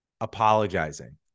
apologizing